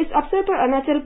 इस अवसर पर अरुणाचल